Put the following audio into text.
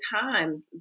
time